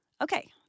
okay